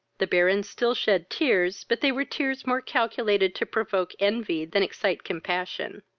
the baron still shed tears, but they were tears more calculated to provoke envy than excite compassion.